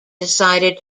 decided